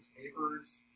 paper's